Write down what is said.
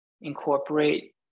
incorporate